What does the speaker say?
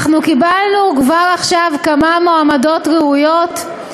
אנחנו כבר קיבלנו עכשיו כמה מועמדות ראויות,